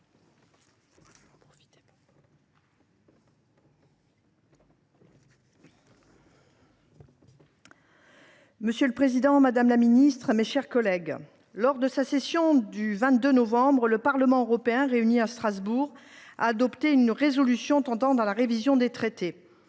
Monsieur le président, madame la secrétaire d’État, mes chers collègues, lors de sa séance du 22 novembre dernier, le Parlement européen, réuni à Strasbourg, a adopté une résolution tendant à la révision des traités.